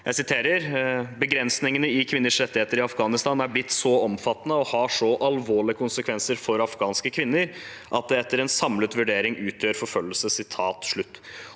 til at begrensningene i kvinners rettigheter i Afghanistan nå er blitt så omfattende, og har så alvorlige konsekvenser for afghanske kvinner at det etter en samlet vurdering utgjør forfølgelse.»